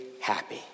happy